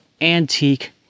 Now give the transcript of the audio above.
antique